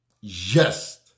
yes